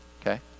Okay